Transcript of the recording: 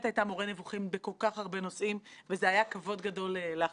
היה לי ברור לחלוטין מן הרגע הראשון שלא מדובר בקואליציה ואופוזיציה.